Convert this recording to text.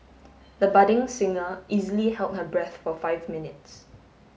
the budding singer easily held her breath for five minutes